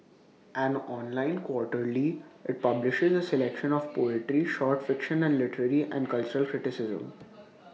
an online quarterly IT publishes the selection of poetry short fiction and literary and cultural criticism